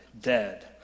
dead